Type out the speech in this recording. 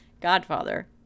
godfather